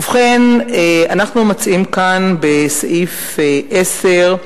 ובכן, אנחנו מציעים כאן בסעיף 10,